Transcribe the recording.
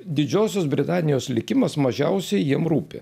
didžiosios britanijos likimas mažiausiai jiem rūpi